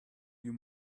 you